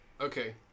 okay